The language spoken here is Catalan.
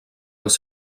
els